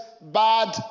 bad